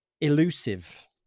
Elusive